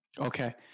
Okay